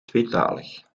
tweetalig